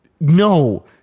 no